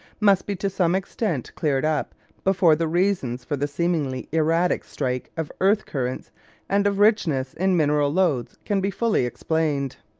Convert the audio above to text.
must be to some extent cleared up before the reasons for the seemingly erratic strike of earth-currents and of richness in mineral lodes can be fully explained.